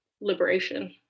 liberation